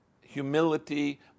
humility